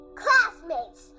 classmates